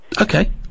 Okay